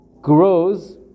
grows